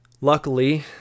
luckily